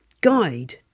guide